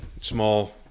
small